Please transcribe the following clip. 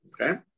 Okay